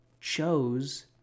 chose